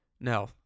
No